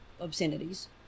obscenities